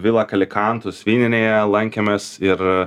vilą kalikantus vyninėje lankėmės ir